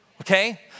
okay